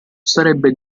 sarebbe